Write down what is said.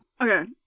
okay